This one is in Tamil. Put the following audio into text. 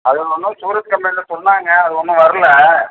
அது ஒன்றும் சூரத் கம்பெனியில சொன்னாங்க அது ஒன்றும் வரல